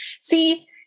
see